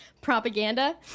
propaganda